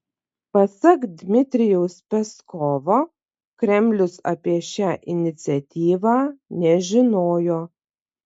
pasak dmitrijaus peskovo kremlius apie šią iniciatyvą nežinojo